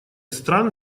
стран